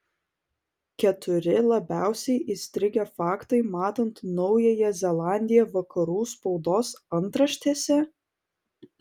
keturi labiausiai įstrigę faktai matant naująją zelandiją vakarų spaudos antraštėse